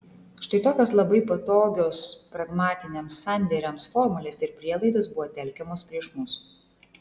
štai tokios labai patogios pragmatiniams sandėriams formulės ir prielaidos buvo telkiamos prieš mus